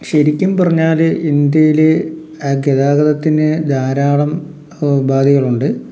ശരിക്കും പറഞ്ഞാൽ ഇന്ത്യയി ആ ഗതാഗതത്തിന് ധാരാളം ഉപാധികളുണ്ട്